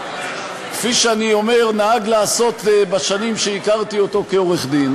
כפי שנהג לעשות בשנים שהכרתי אותו כעורך-דין,